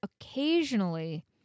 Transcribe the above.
occasionally